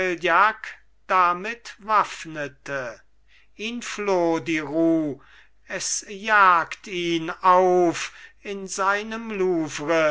damit waffnete ihn floh die ruh es jagt ihn auf in seinem louvre